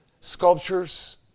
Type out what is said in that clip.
Sculptures